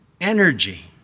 energy